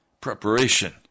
Preparation